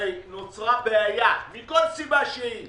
שנוצרה בעיה מכל סיבה שהיא